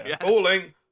Falling